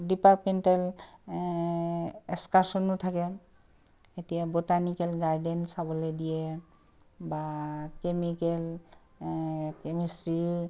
departmental এচকাৰশ্যনো থাকে এতিয়া ব'টানিকেল গাৰ্ডেন চাবলে দিয়ে বা কেমিকেল কেমেষ্ট্ৰিৰো